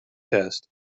test